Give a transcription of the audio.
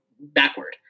backward